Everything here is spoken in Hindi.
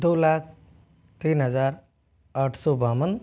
दो लाख तीन हज़ार आठ सौ बावन